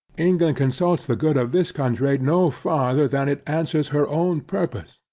england consults the good of this country, no farther than it answers her own purpose.